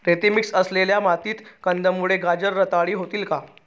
रेती मिक्स असलेल्या मातीत कंदमुळे, गाजर रताळी होतील का?